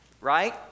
right